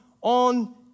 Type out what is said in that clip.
on